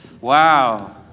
Wow